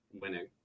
winning